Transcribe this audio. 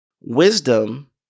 Wisdom